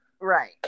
right